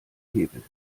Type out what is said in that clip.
hebel